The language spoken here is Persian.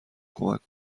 کمک